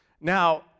Now